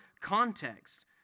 context